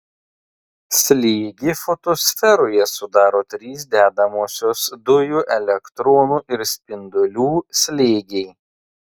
slėgį fotosferoje sudaro trys dedamosios dujų elektronų ir spindulių slėgiai